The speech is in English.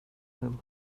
him